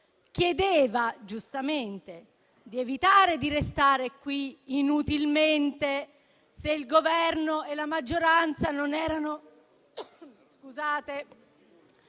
chiedeva - giustamente - di evitare di restare qui inutilmente, se il Governo e la maggioranza non erano